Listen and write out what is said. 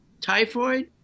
Typhoid